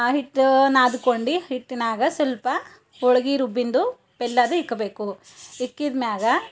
ಹಿಟ್ಟು ನಾದ್ಕೊಂಡು ಹಿಟ್ಟಿನಾಗ ಸ್ವಲ್ಪ ಹೋಳ್ಗೆ ರುಬ್ಬಿದ್ದು ಬೆಲ್ಲದ್ದು ಇಡ್ಬೇಕು ಇಕ್ಕಿದ್ಮ್ಯಾಗ